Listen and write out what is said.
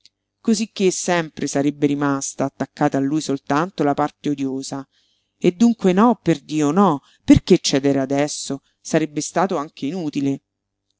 stabilito cosicché sempre sarebbe rimasta attaccata a lui soltanto la parte odiosa e dunque no perdio no perché cedere adesso sarebbe stato anche inutile